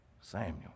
Samuel